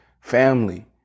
family